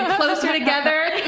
closer together.